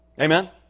Amen